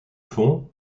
fond